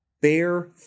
bear